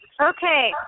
Okay